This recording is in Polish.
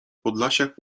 podlasiak